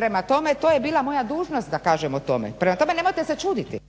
prema tome to je bila moja dužnost da kažem o tome. Prema tome nemojte se čuditi.